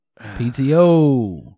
PTO